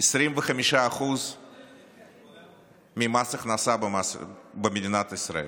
25% ממס ההכנסה במדינת ישראל.